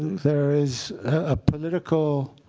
there is a political